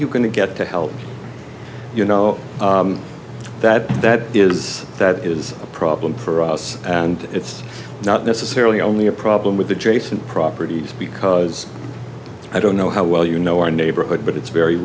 you going to get to help you know that that is that is a problem for us and it's not necessarily only a problem with adjacent properties because i don't know how well you know our neighborhood but it's very